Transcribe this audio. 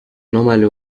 normally